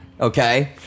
Okay